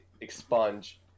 expunge